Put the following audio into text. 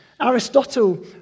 Aristotle